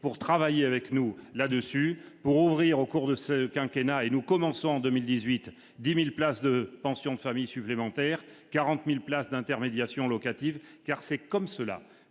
pour travailler avec nous, là-dessus, pour ouvrir au cours de ce quinquennat et nous commençons en 2018 10000 places de pensions de famille supplémentaires 40000 places d'intermédiation locative car c'est comme cela